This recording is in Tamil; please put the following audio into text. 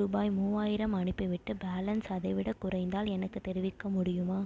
ருபாய் மூவாயிரம் அனுப்பிவிட்டு பேலன்ஸ் அதை விடக் குறைந்தால் எனக்குத் தெரிவிக்க முடியுமா